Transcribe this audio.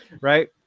Right